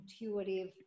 intuitive